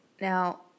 Now